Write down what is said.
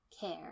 care